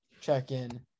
check-in